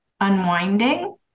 unwinding